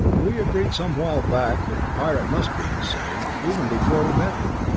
we agreed some while back that the pirate must be insane, even before we met him.